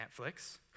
Netflix